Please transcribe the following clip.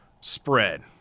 spread